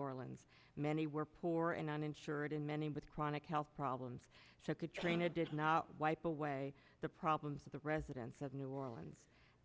orleans many were poor and uninsured and many with chronic health problems so could train additional wipe away the problems of the residents of new orleans